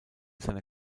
seiner